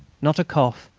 not a cough,